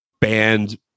banned